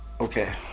Okay